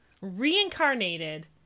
reincarnated